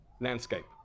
landscape